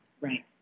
Right